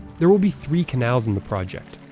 there will be three canals in the project,